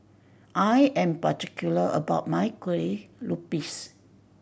I am particular about my Kueh Lupis